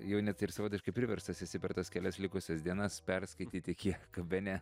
jau net ir savotiškai priverstas esi per tas kelias likusias dienas perskaityti kiek bene